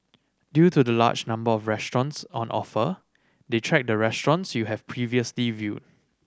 due to the large number of restaurants on offer they track the restaurants you have previously viewed